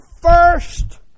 first